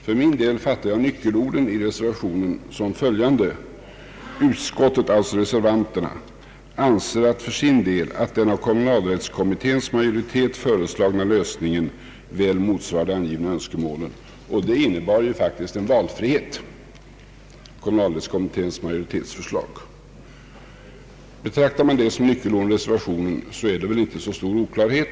För mig är nyckelorden i reservationen följande: » Utskottet» — alltså reservanterna — »anser för sin del att den av kommunalrättskommitténs majoritet föreslagna lösningen ——— väl motsvarar de angivna önskemålen.» Förslaget av kommunalrättskommitténs majoritet innebar ju faktiskt en valfrihet. Betraktar man dessa ord som nyckelord i reservationen kan det inte råda så stor oklarhet.